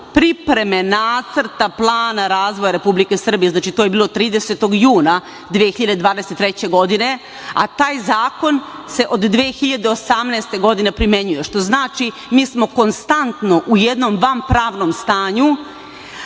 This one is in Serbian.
pripreme Nacrta plana razvoja Republike Srbije, znači, to je bilo 30. juna 2023. godine, a taj zakon se od 2018. godine primenjuje, što znači mi smo konstantno u jednom vanpravnom stanju,